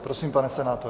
Prosím, pane senátore.